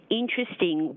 interesting